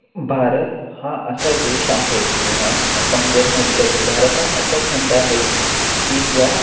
भारत हा असा देश आहे किंवा आपण जर म्हटलं की भारत हा असा खंड आहे की ज्या